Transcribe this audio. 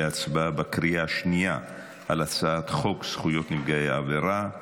להצבעה בקריאה השנייה על הצעת חוק זכויות נפגעי העבירה,